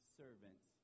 servants